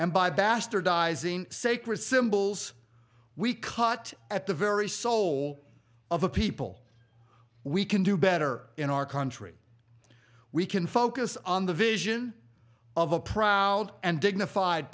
sacred symbols we caught at the very soul of a people we can do better in our country we can focus on the vision of a proud and dignified